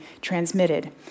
transmitted